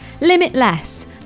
Limitless